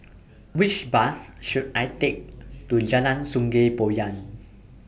Which Bus should I Take to Jalan Sungei Poyan